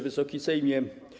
Wysoki Sejmie!